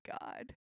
God